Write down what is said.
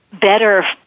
better